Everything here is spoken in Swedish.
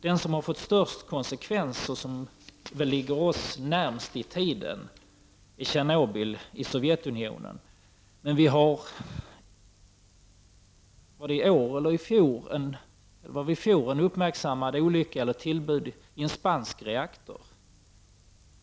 Den som har fått störst konsekvenser och som ligger oss närmast i tiden är Tjernobyl i Sovjetunionen. Men jag tror att det var i fjol som det skedde en uppmärksammad olycka eller ett tillbud i en spansk reaktor.